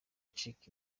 acika